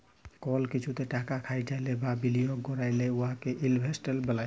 call কিছুতে টাকা খাটাইলে বা বিলিয়গ ক্যইরলে উয়াকে ইলভেস্টমেল্ট ব্যলে